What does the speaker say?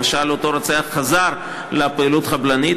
למשל אם אותו רוצח חזר לפעילות חבלנית,